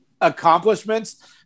accomplishments